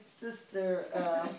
sister